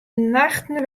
nachten